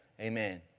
Amen